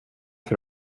för